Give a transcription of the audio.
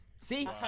See